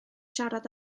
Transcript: siarad